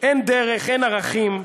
אין דרך, אין ערכים,